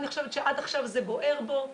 אני חושבת שעד עכשיו זה בוער בו,